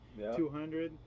200